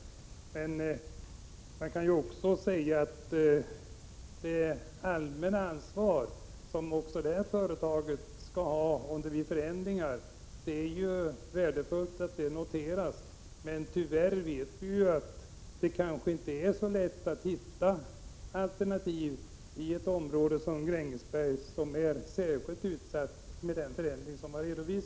Man kan naturligtvis som värdefullt notera det allmänna ansvar som också detta företag skall visa om förändringar kommer till stånd, men vi vet att det tyvärr inte är så lätt att finna alternativ i ett område som Grängesberg, som är 107 Prot. 1986/87:61 = särskilt utsatt för samband med sådana förändringar som har angivits.